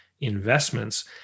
investments